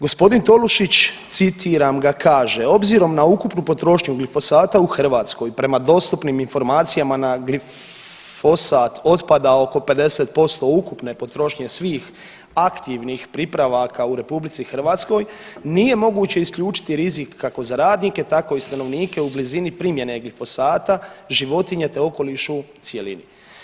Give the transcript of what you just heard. Gospodin Tolušić citiram ga, kaže, obzirom na ukupnu potrošnju glifosata u Hrvatskoj prema dostupnim informacijama na glifosat otpada oko 50% ukupne potrošnje svih aktivnih pripravaka u RH, nije moguće isključiti rizik kako za radnike tako i stanovnike u blizini primjene glifosata, životinje, te okoliš u cjelini.